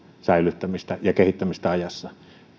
säilyttämistä ja kehittämistä ajassa